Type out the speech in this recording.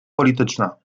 polityczna